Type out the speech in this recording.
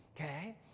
Okay